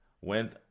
went